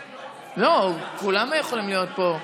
לא, הרי כולם יכולים להיות פה.